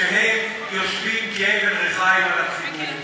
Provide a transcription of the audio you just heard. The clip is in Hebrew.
היושבים כאבן ריחיים על גב הציבור.